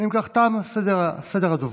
אם כך, תם סדר הדוברים.